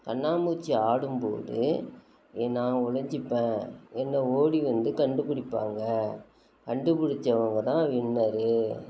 கண்ணாமூச்சி ஆடும்போது ஏ நான் ஒளிஞ்சுப்பேன் என்னை ஓடி வந்து கண்டுபிடிப்பாங்க கண்டுபிடிச்சவுங்க தான் வின்னரு